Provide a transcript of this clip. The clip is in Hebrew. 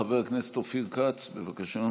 חבר הכנסת אופיר כץ, בבקשה.